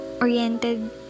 oriented